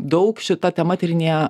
daug šita tema tyrinėja